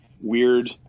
weird